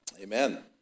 Amen